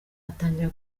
atangira